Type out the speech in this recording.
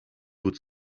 would